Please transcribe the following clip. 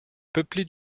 peuplée